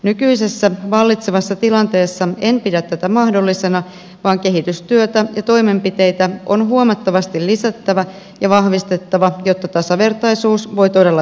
nykyisessä vallitsevassa tilanteessa en pidä tätä mahdollisena vaan kehitystyötä ja toimenpiteitä on huomattavasti lisättävä ja vahvistettava jotta tasavertaisuus voi todella toteutua